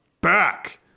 back